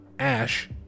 Ash